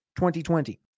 2020